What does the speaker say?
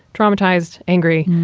traumatized, angry.